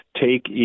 Take